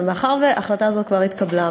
אבל מאחר שההחלטה הזו כבר התקבלה,